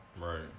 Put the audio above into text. Right